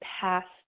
past